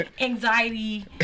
anxiety